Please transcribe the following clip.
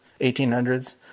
1800s